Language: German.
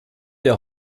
der